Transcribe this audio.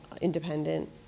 independent